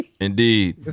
Indeed